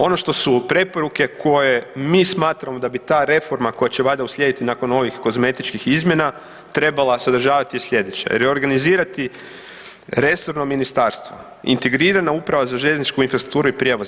Ono što su preporuke koje mi smatramo da bi ta reforma koja će valjda uslijediti nakon ovih kozmetičkih izmjena, trebala sadržavati sljedeće, reorganizirati resorno ministarstvo, integrirana uprava za željezničku infrastrukturu i prijevoz.